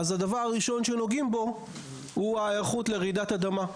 הדבר הראשון שנוגעים בו הוא ההיערכות לרעידת אדמה.